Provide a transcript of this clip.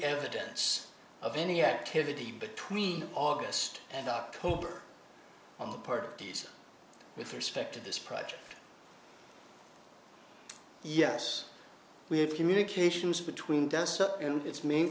evidence of any activity between august and october on the parties with respect to this project yes we have communications between its main